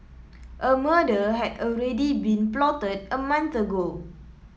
a murder had already been plotted a month ago